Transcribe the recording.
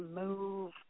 move